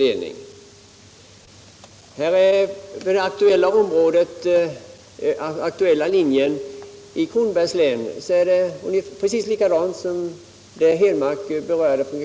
Det är i fråga om den aktuella linjen i Kronobergs län enligt SJ:s